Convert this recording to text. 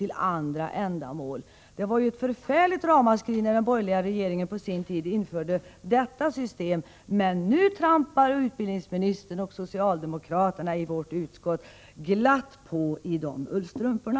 Det blev ju ett förfärligt ramaskri när den borgerliga regeringen på sin tid införde systemet, men nu trampar utbildningsministern och socialdemokraterna i utskottet glatt på i ullstrumporna.